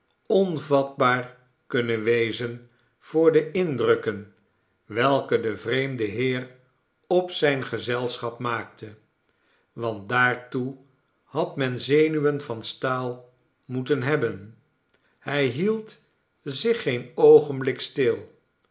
onvatbaar kunnen wezen voor de indrukken welke de vreemde heer op zijn gezelschap maakte want daartoe had men zenuwen van staal moeten hebben hij hield zich geen oogenblik stil